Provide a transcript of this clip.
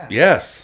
yes